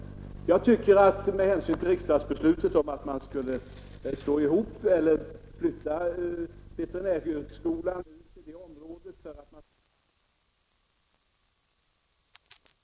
område där lantbrukshögskolan ligger för att gemensamma anordningar skall kunna utnyttjas, bör väl ändå, herr Takman, kunna motivera att man inte bara avstår från att rösta utan i stället stöder reservationen.